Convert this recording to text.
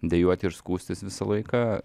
dejuoti ir skųstis visą laiką